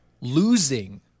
losing